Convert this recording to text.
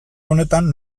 honetan